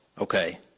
okay